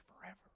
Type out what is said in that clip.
forever